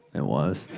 it was.